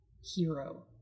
hero